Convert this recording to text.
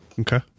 Okay